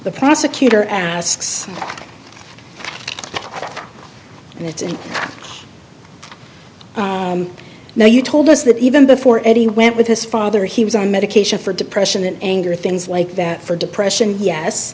the prosecutor asks and it's in now you told us that even before eddie went with his father he was on medication for depression and anger things like that for depression yes